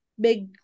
big